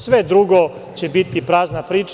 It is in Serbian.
Sve drugo će biti prazna priča.